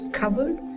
covered